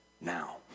now